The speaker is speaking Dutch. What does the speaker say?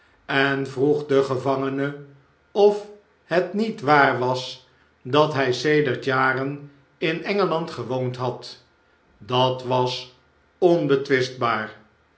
en vroeg den de zege gevangene of het met waar was dat hg sedert iaren in en gel and gewoond had dat was